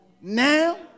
now